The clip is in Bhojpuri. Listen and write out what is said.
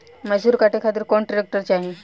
मैसूर काटे खातिर कौन ट्रैक्टर चाहीं?